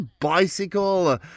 bicycle